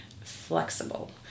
flexible